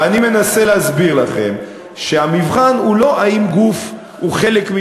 ואני מנסה להסביר לכם שהמבחן הוא לא אם גוף הוא חלק,